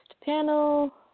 panel